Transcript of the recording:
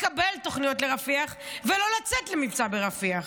לקבל תוכניות לרפיח ולא לצאת למבצע ברפיח?